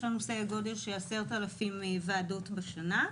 יש לנו סדר גודל של 10,000 ועדות בשנה.